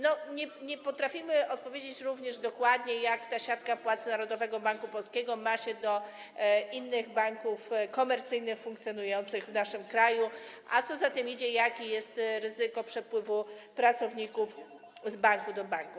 Nie potrafimy odpowiedzieć również dokładnie, jak ta siatka płac Narodowego Banku Polskiego ma się do innych banków komercyjnych funkcjonujących w naszym kraju, a co za tym idzie, jakie jest ryzyko przepływu pracowników z banku do banku.